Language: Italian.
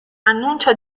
annuncia